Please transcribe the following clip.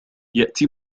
يأتي